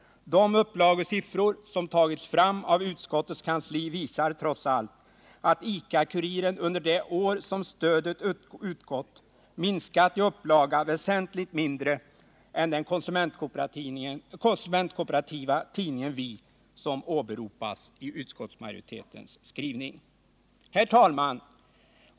De upplagesiffror som tagits fram av utskottets kansli visar trots allt att ICA-Kuriren under det år som stödet utgått minskat i upplaga väsentligt mindre än den konsumentkooperativa tidningen Vi, som åberopas i utskottsmajoritetens skrivning. Herr talman!